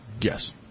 Yes